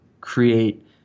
create